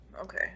Okay